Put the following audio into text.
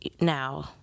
now